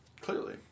Clearly